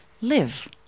live